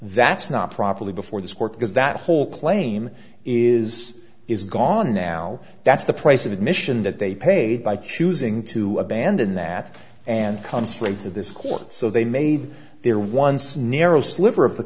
that's not properly before this court because that whole claim is is gone now that's the price of admission that they paid by choosing to abandon that and concentrate to this court so they made their once narrow sliver of the